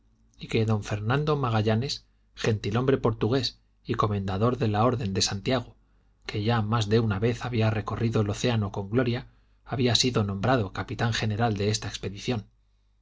y que d fernando magallanes gentilhombre portugués y comendador de la orden de santiago que ya más de una vez había recorrido el océano con gloria había sido nombrado capitán general de esta expedición